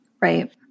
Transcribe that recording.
Right